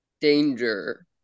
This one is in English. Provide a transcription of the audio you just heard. danger